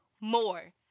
more